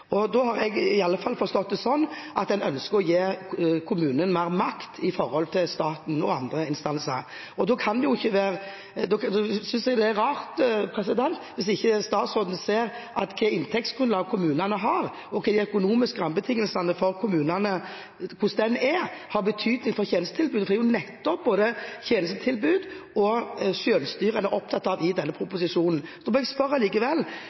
alle fall forstått det slik at en ønsker å gi kommunene mer makt overfor staten og andre instanser. Jeg synes det er rart hvis statsråden ikke ser at det inntektsgrunnlaget kommunene har, og hvordan de økonomiske rammebetingelsene til kommunene er, har betydning for tjenestetilbudet – for det er nettopp både tjenestetilbud og selvstyre en er opptatt av i denne proposisjonen. Jeg må allikevel spørre